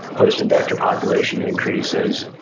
host and vector population increases,